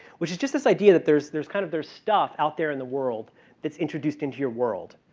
which is just this idea that there's there's kind of their stuff out there in the world that's introduced into your world.